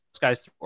guys